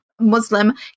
Muslim